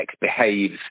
behaves